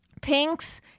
Pinks